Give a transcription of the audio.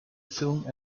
film